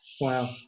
Wow